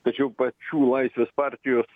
tačiau pačių laisvės partijos